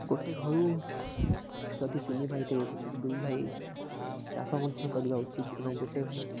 ଗୋଟେ ଘରୁ ଯଦି ତିନି ଭାଇଥିବେ ସେଥିରୁ ଦୁଇ ଭାଇ ଚାଷ ମଧ୍ୟ କରିବା ଉଚିତ୍ ଏବଂ ଗୋଟେ ଭାଇ